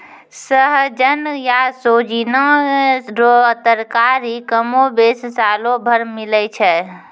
सहजन या सोजीना रो तरकारी कमोबेश सालो भर मिलै छै